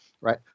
right